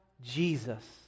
Jesus